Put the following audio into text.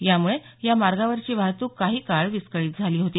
त्यामुळे या मार्गावरची वाहतूक काही काळ विस्कळीत झाली होती